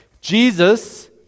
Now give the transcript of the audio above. Jesus